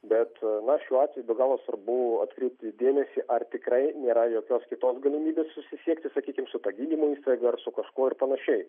bet šiuo atveju be galo svarbu atkreipti dėmesį ar tikrai nėra jokios kitos galimybės susisiekti sakykim su ta gydymo įstaiga ar su kažkuo ir panašiai